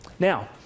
Now